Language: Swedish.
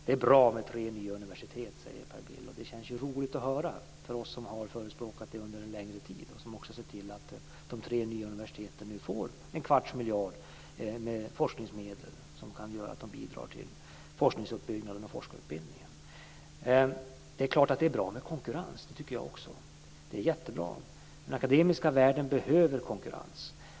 Det är bra med tre nya universitet, säger Per Bill, och det känns roligt att höra för oss som har förespråkat detta under en längre tid. Vi ser nu också till att de tre nya universiteten får en kvarts miljard i forskningsmedel som gör att de kan bidra till forskningsuppbyggnaden och forskarutbildningen. Det är klart att det är bra med konkurrens, det tycker jag också. Den akademiska världen behöver konkurrens.